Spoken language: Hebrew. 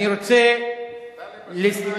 אני רוצה לסיים.